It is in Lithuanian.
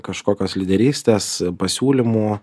kažkokios lyderystės pasiūlymų